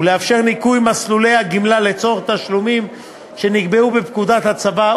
הוא לאפשר ניכוי מסכומי הגמלה לצורך תשלומים שנקבעו בפקודת הצבא,